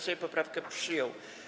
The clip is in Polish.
Sejm poprawkę przyjął.